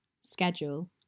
schedule